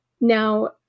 Now